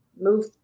move